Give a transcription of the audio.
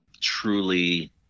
truly